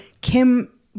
Kim